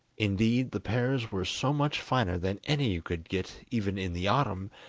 indeed, the pears were so much finer than any you could get even in the autumn,